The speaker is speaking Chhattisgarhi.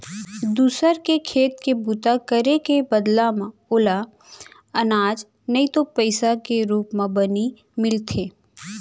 दूसर के खेत के बूता करे के बदला म ओला अनाज नइ तो पइसा के रूप म बनी मिलथे